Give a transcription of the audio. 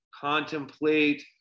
contemplate